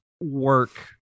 work